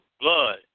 blood